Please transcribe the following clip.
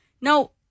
Now